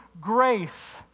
grace